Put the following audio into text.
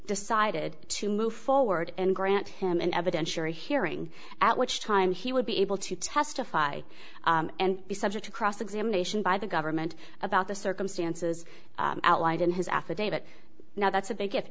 decided to move forward and grant him in evidence your hearing at which time he would be able to testify and be subject to cross examination by the government about the circumstances outlined in his affidavit now that's a big if